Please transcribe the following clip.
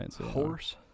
horse